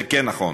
זה כן נכון.